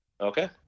Okay